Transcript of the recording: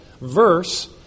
verse